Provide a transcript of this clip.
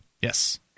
Yes